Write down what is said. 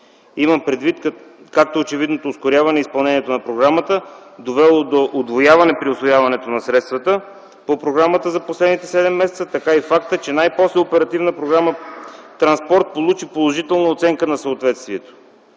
Имам предвид както очевидното ускоряване изпълнението на програмата, довело до удвояване при усвояването на средствата по програмата за последните седем месеца, така и факта, че най-после оперативна програма „Транспорт” получи положителна оценка на съответствието.